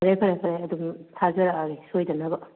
ꯐꯔꯦ ꯐꯔꯦ ꯐꯔꯦ ꯑꯗꯨꯝ ꯊꯥꯖꯔꯛꯑꯒꯦ ꯁꯣꯏꯗꯅꯕ